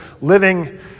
living